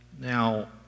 Now